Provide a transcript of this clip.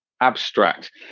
abstract